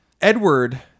Edward